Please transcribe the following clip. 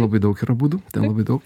labai daug yra būdų labai daug